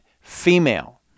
female